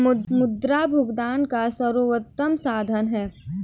मुद्रा भुगतान का सर्वोत्तम साधन है